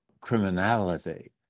criminality